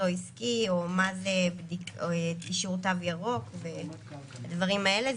או עסקי או מה אישור תו ירוק והדברים האלה,